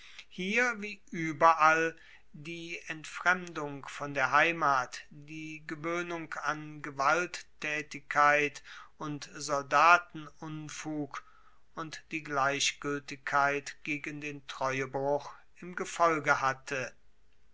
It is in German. hier wie ueberall die entfremdung von der heimat die gewoehnung an gewalttaetigkeit und soldatenunfug und die gleichgueltigkeit gegen den treuebruch im gefolge hatte